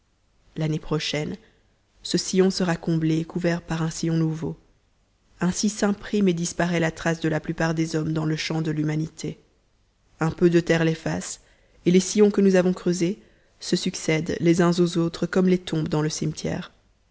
l'année prochaine ce sillon sera comblé et couvert par un sillon nouveau ainsi s'imprime et disparaît la trace de la plupart des hommes dans le champ de l'humanité un peu de terre l'efface et les sillons que nous avons creusés se succèdent les uns aux autres comme les tombes dans le cimetière